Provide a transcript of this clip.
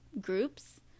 groups